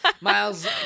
Miles